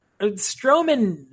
Strowman